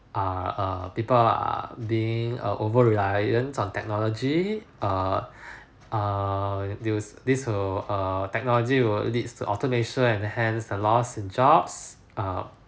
uh err people are being err over reliance on technology err err it was this will err technology will leads to alternation and hence a lost in jobs err